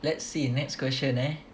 let's see next question eh